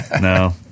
no